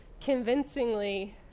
convincingly